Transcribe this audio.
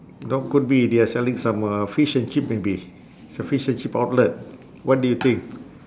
or could be they're selling some uh fish and chip maybe it's a fish and chip outlet what do you think